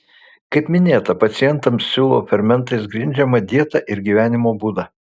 kaip minėta pacientams siūlau fermentais grindžiamą dietą ir gyvenimo būdą